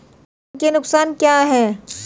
प्रेषण के नुकसान क्या हैं?